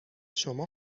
شما